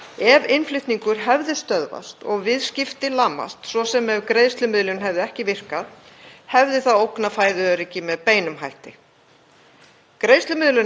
Greiðslumiðlunarkerfi sem notuð eru hér á landi er nú öll í eigu erlendra aðila og falla því ekki að öllu leyti undir íslenska lögsögu, ólíkt því sem var í hruninu.